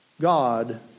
God